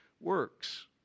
works